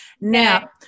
Now